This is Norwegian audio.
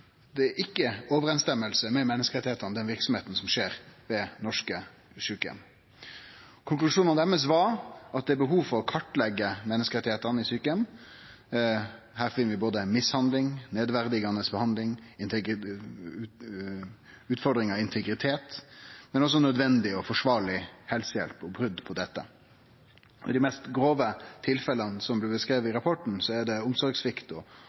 norske sjukeheimar ikkje er i samsvar med menneskerettane. Konklusjonen deira var at det er behov for å kartleggje menneskerettane i sjukeheimar. Her finn vi mishandling, nedverdigande behandling og utfordringar med integritet, men òg brot på nødvendig og forsvarleg helsehjelp. Dei grovaste tilfella som blir beskrive i rapporten, er